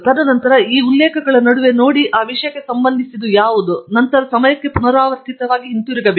ತದನಂತರ ಆ ಉಲ್ಲೇಖಗಳ ನಡುವೆ ನೋಡಿ ಆ ವಿಷಯಕ್ಕೆ ಸಂಬಂಧಿಸಿದವು ಯಾವುವು ಮತ್ತು ನಂತರ ಸಮಯಕ್ಕೆ ಪುನರಾವರ್ತಿತವಾಗಿ ಹಿಂತಿರುಗುವುದು